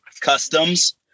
customs